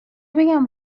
بگم